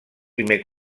primer